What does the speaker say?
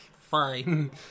Fine